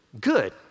Good